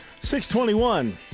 621